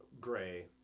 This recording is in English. gray